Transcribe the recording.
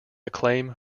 acclaim